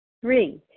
Three